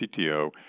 CTO